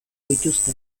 dituzte